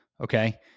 Okay